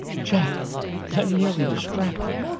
jack i'm nearly distracted!